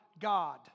God